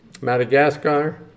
Madagascar